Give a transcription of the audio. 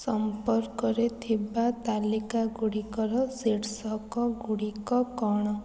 ସମ୍ପର୍କରେ ଥିବା ତାଲିକା ଗୁଡ଼ିକର ଶୀର୍ଷକ ଗୁଡ଼ିକ କ'ଣ